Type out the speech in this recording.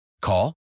Call